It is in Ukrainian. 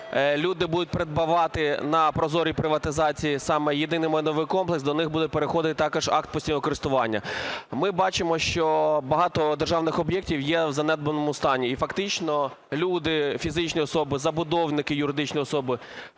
люди будуть придбавати на прозорій приватизації саме єдиний майновий комплекс, до них буде переходити також акт постійного користування. Ми бачимо, що багато державних об'єктів є в занедбаному стані. І фактично люди (фізичні особи), забудовники (юридичні особи)